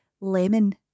lemon